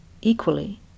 equally